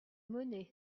monnaie